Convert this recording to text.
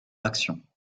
action